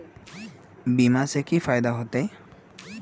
बीमा से की फायदा होते?